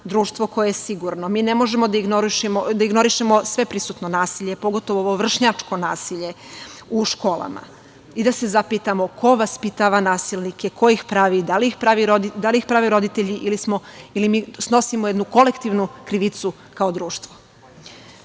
društvo koje je sigurno. Mi ne možemo da ignorišemo sve prisutno nasilje, pogotovo ovo vršnjačko nasilje u školama i da se zapitamo ko vaspitava nasilnike, ko ih prave, da li ih prave roditelji ili mi snosimo jednu kolektivnu krivicu kao društvo. Iako